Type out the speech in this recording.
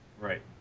Right